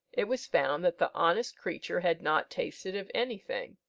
it was found that the honest creature had not tasted of anything,